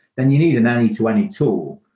then you need an any to any tool,